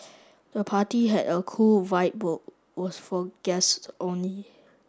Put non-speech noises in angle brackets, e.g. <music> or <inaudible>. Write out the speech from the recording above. the party had a cool vibe <unintelligible> was for guests only